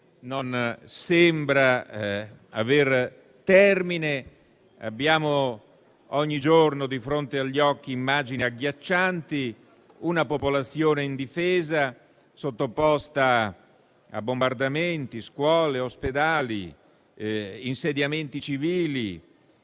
non sembra avere termine. Abbiamo ogni giorno di fronte agli occhi immagini agghiaccianti: una popolazione indifesa, scuole e ospedali, insediamenti civili